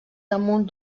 damunt